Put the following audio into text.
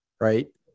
right